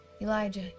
Elijah